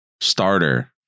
starter